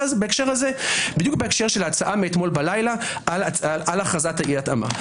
בהקשר של ההצעה מאמש על הכרזת אי ההתאמה.